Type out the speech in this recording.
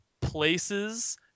places